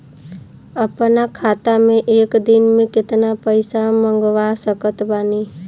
अपना खाता मे एक दिन मे केतना पईसा मँगवा सकत बानी?